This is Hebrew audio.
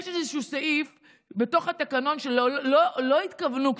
יש סעיף בתוך התקנון שלא התכוונו לו אז,